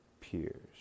peers